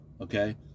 Okay